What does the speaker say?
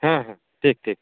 ᱦᱮᱸ ᱦᱮᱸ ᱴᱷᱤᱠ ᱴᱷᱤᱠ